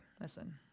listen